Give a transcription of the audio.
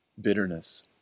bitterness